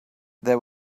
there